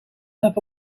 have